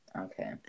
Okay